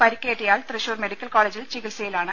പരിക്കേറ്റയാൾ Thrissur medical കോളേജിൽ ചികിത്സയിലാണ്